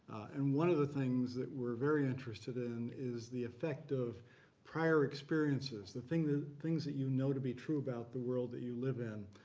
and one of the things that we're very interested in is the effect of prior experiences, the things that things that you know to be true about the world that you live in,